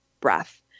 breath